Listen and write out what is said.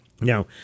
Now